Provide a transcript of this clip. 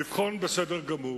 לבחון, בסדר גמור,